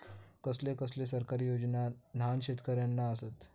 कसले कसले सरकारी योजना न्हान शेतकऱ्यांना आसत?